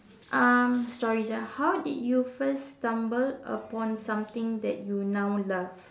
um stories ah how did you first stumble upon something that you now love